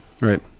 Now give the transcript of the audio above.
right